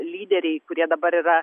lyderiai kurie dabar yra